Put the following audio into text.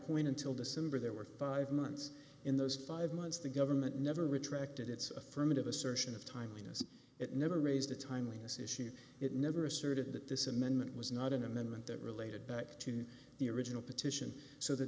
point until december there were five months in those five months the government never retracted its affirmative assertion of timeliness it never raised the timeliness issue it never asserted that this amendment was not an amendment that related back to the original petition so the